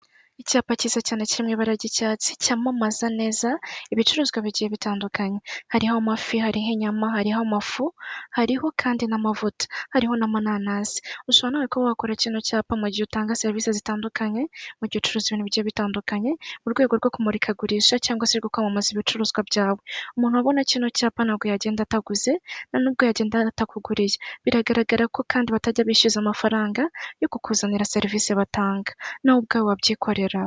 Mu tubari twinshi aho abantu bafite amafaranga yabo menshi bajya kunywera hakunze kuba amakontwari afite amatara yaka mu mabara atandukanye bityo bituma hagaragara neza kandi ku buryo buri muntu wese yakwishimira uburyo aho ahantutu hasa.